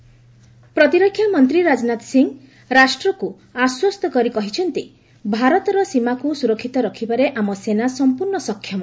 Rajnath defence ପ୍ରତିରକ୍ଷାମନ୍ତ୍ରୀ ରାଜନାଥ ସିଂହ ରାଷ୍ଟ୍ରକୁ ଆଶ୍ୱସ୍ତ କରି କହିଛନ୍ତି ଭାରତର ସୀମାକୁ ସୁରକ୍ଷିତ ରଖିବାରେ ଆମ ସେନା ସମ୍ପର୍ଣ୍ଣ ସକ୍ଷମ